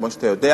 כפי שאתה יודע,